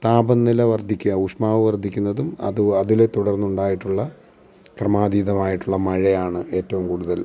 താപനില വർധിക്കുക ഉഷ്മാവ് വർധിക്കുന്നതും അതും അത് അതിനെ തുടർന്നുണ്ടായിട്ടുള്ള ക്രമാധീതമായിട്ടുള്ള മഴയാണ് ഏറ്റവും കൂടുതൽ